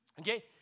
Okay